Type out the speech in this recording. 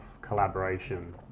collaboration